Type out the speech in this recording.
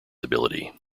ability